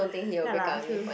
ya lah true